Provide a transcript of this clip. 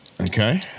Okay